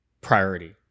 priority